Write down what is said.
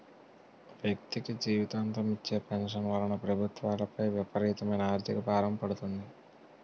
వ్యక్తికి జీవితాంతం ఇచ్చే పెన్షన్ వలన ప్రభుత్వాలపై విపరీతమైన ఆర్థిక భారం పడుతుంది